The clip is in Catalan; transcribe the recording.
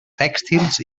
tèxtils